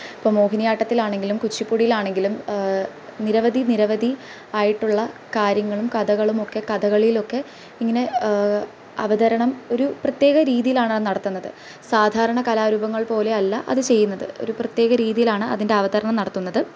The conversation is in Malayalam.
ഇപ്പം മോഹിനിയാട്ടത്തിലാണെങ്കിലും കുച്ചിപ്പുടിയിലാണെങ്കിലും നിരവധി നിരവധി ആയിട്ടുള്ള കാര്യങ്ങളും കഥകളുമൊക്കെ കഥകളിയിലൊക്കെ ഇങ്ങനെ അവതരണം ഒര് പ്രത്യേക രീതിയിലാണത് നടത്തുന്നത് സാധാരണ കലാരൂപങ്ങള്പ്പോലെയല്ല അത് ചെയ്യ്ന്നത് ഒര് പ്രത്യേക രീതിയിലാണ് അതിന്റെ അവതരണം നടത്തുന്നത്